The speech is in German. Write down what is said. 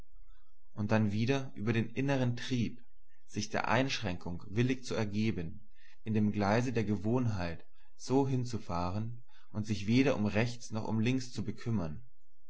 und dann wieder über den inneren trieb sich der einschränkung willig zu ergeben in dem gleise der gewohnheit so hinzufahren und sich weder um rechts noch um links zu bekümmern